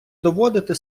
доводити